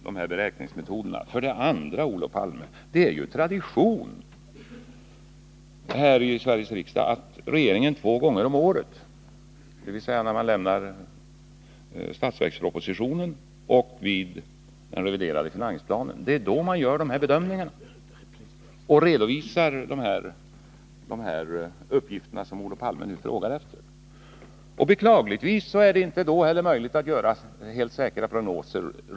För det andra är det ju, Olof Palme, tradition här i Sveriges riksdag att regeringen två gånger om året — dvs. i samband med budgetpropositionen och den reviderade finansplanen — gör dessa bedömningar och redovisar de uppgifter som Olof Palme nu frågar efter. Beklagligtvis är det inte heller då möjligt att göra helt säkra prognoser.